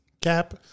Cap